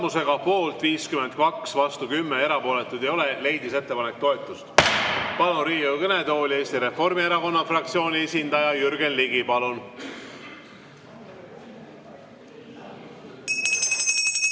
Tulemusega poolt 52, vastu 10, erapooletuid ei ole, leidis ettepanek toetust. Palun Riigikogu kõnetooli Eesti Reformierakonna fraktsiooni esindaja Jürgen Ligi. Palun!